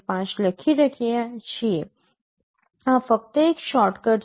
5 લખી રહ્યા છીએ આ ફક્ત એક શોર્ટકટ છે